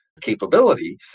capability